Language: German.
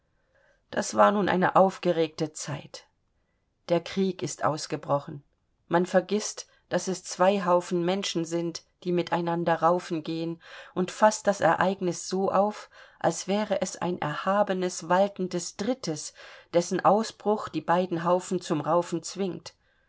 das war nun eine aufgeregte zeit der krieg ist ausgebrochen man vergißt daß es zwei haufen menschen sind die miteinander raufen gehen und faßt das ereignis so auf als wäre es ein erhabenes waltendes drittes dessen ausbruch die beiden haufen zum raufen zwingt